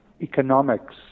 economics